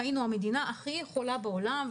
היינו המדינה הכי חולה בעולם,